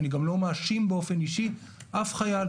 אני גם לא מאשים באופן אישי אף חייל.